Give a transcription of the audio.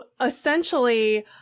essentially